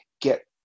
get